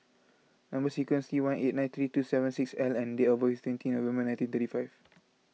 Number Sequence is T one eight nine three two seven six L and date of birth is twenty November nineteen thirty five